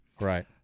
Right